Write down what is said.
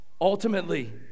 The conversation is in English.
Ultimately